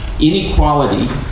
inequality